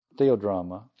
theodrama